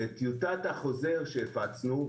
טיוטת החוזר שהפצנו,